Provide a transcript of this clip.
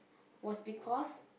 was because